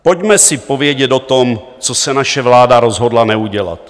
Pojďme si povědět o tom, co se naše vláda rozhodla neudělat.